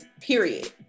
Period